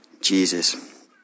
Jesus